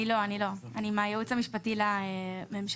אני לא, אני מהייעוץ המשפטי לממשלה.